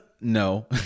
no